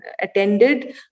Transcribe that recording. attended